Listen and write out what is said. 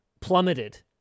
plummeted